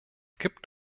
gibt